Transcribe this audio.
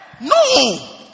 No